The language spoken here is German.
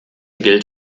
gilt